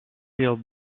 sealed